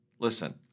Listen